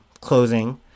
closing